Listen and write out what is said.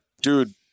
Dude